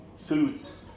foods